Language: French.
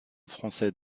français